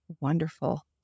wonderful